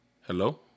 Hello